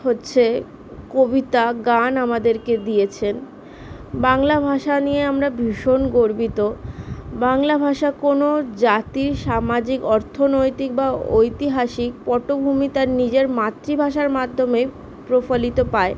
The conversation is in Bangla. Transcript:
হচ্ছে কবিতা গান আমাদেরকে দিয়েছেন বাংলা ভাষা নিয়ে আমরা ভীষণ গর্বিত বাংলা ভাষা কোনো জাতির সামাজিক অর্থনৈতিক বা ঐতিহাসিক পটভূমি তার নিজের মাতৃভাষার মাধ্যমে প্রফলিত পায়